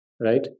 right